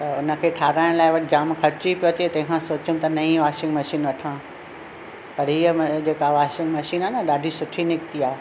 त उन खे ठाराहिण लाइ वरी जामु ख़र्च ई पियो अचे तंहिं खां सोचयमि त नईं वाशिंग मशीन वठां पर हीअ जेका वाशिंग मशीन आहे न ॾाढी सुठी निकती आहे